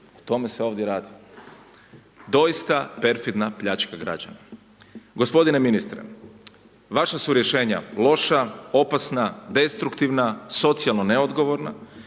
o tome se ovdje radi. Doista perfidna pljačka građana. Gospodine ministre vaša su rješenja loša, opasna, destruktivna, socijalno neodgovorna,